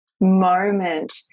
moment